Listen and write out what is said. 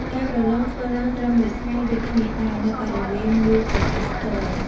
ការប្រឡងក៏ធ្វើឡើងត្រឹម មួយថ្ងៃ ដូចគ្នាដែរ នៅ បរិវេណ UHS ផ្ទាល់ ។